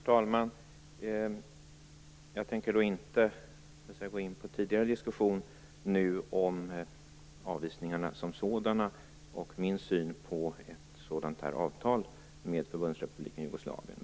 Herr talman! Jag tänker inte gå in på den tidigare diskussionen om avvisningarna som sådana och min syn på ett sådant avtal med Förbundsrepubliken Jugoslavien.